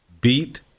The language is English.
beat –